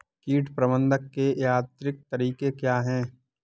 कीट प्रबंधक के यांत्रिक तरीके क्या हैं?